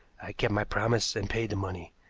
i kept my promise and paid the money,